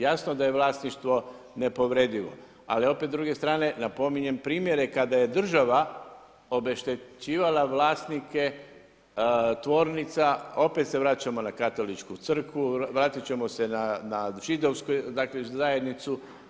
Jasno da je vlasništvo nepovredivo, ali opet s druge strane napominjem primjere kada je država obeštećivala vlasnike tvornica opet se vraćamo na Katoličku crkvu, vratit ćemo se na Židovsku, dakle zajednicu.